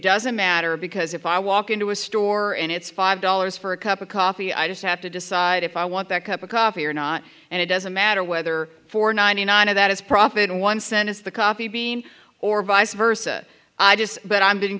doesn't matter because if i walk into a store and it's five dollars for a cup of coffee i just have to decide if i want that cup of coffee or not and it doesn't matter whether for ninety nine of that is profit and one cent is the coffee bean or vice versa but i'm being